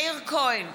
מאיר כהן,